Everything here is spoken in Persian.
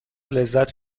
لذت